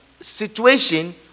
situation